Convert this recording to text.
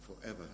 Forever